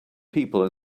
people